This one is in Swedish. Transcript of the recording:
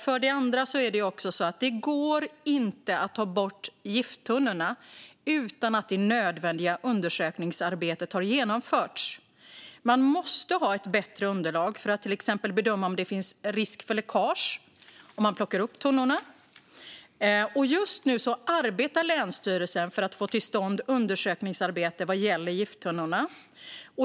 För det andra går det inte att ta bort gifttunnorna utan att det nödvändiga undersökningsarbetet har genomförts. Man måste ha ett bättre underlag för att till exempel bedöma om det finns risk för läckage om man plockar upp tunnorna. Just nu arbetar länsstyrelsen för att få till stånd ett undersökningsarbete vad gäller gifttunnorna.